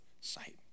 sight